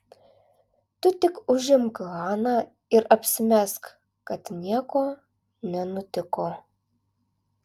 tu tik užimk haną ir apsimesk kad nieko nenutiko